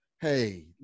Hey